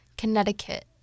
Connecticut